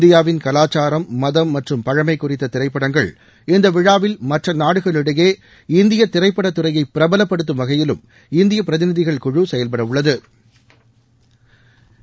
இந்தியாவின் கலாச்சாரம் மதம் மற்றும் பழமை குறித்த திரைப்படங்கள் இந்த விழாவில் மற்ற நாடுகளிடையே இந்திய திரைப்பட துறையை பிரபவப்படுத்தும் வகையிலும் இந்திய பிரதிநிதிகள் குழு செயல்பட உளள்து